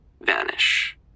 vanish